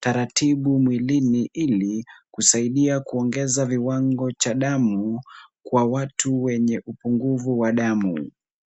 taratibu mwilini ili kusaidia kuongeza kiwango cha damu kwa watu wenye upungufu wa damu.